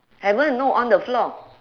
haven't no on the floor